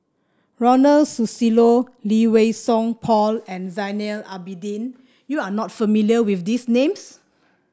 Ronald Susilo Lee Wei Song Paul and Zainal Abidin you are not familiar with these names